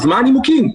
מה הנימוקים?